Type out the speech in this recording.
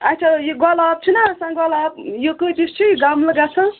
اَچھا یہِ گۄلاب چھُناہ آسان یہِ گۄلاب یہِ کۭتِس چھُ یہِ گَملہٕ گژھان